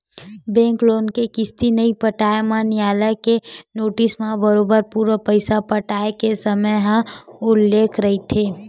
bank loan के किस्ती नइ पटाए म नियालय के नोटिस म बरोबर पूरा पइसा पटाय के समे ह उल्लेख रहिथे